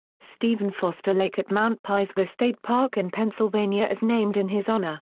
stephen foster lake at mount pisgah state park in pennsylvania is named in his honor.